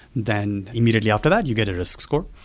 then immediately after that you get a risk score.